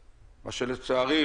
מה שלצערי,